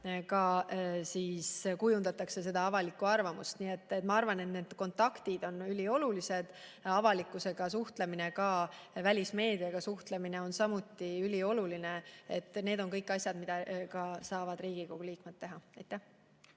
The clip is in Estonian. kui kujundatakse avalikku arvamust. Nii et ma arvan, et need kontaktid on üliolulised, avalikkusega suhtlemine, ka välismeediaga suhtlemine on ülioluline. Need on kõik asjad, mida saavad Riigikogu liikmed teha.